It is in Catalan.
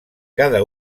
cada